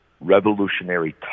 revolutionary